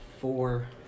Four